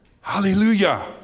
Hallelujah